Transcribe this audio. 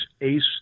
Ace